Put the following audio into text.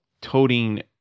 toting